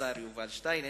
השר יובל שטייניץ,